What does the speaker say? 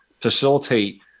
facilitate